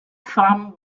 farm